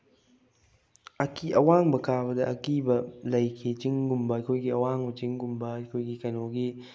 ꯑꯀꯤ ꯑꯋꯥꯡꯕ ꯀꯥꯕꯗ ꯑꯀꯤꯕ ꯂꯩꯈꯤ ꯆꯤꯡꯒꯨꯝꯕ ꯑꯩꯈꯣꯏꯒꯤ ꯑꯋꯥꯡꯕ ꯆꯤꯡꯒꯨꯝꯕ ꯑꯩꯈꯣꯏꯒꯤ ꯀꯩꯅꯣꯒꯤ